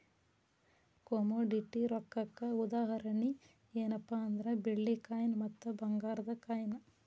commodity ರೊಕ್ಕಕ್ಕ ಉದಾಹರಣಿ ಯೆನ್ಪಾ ಅಂದ್ರ ಬೆಳ್ಳಿ ಕಾಯಿನ್ ಮತ್ತ ಭಂಗಾರದ್ ಕಾಯಿನ್